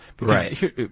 Right